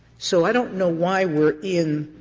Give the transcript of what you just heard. so i don't know why we're in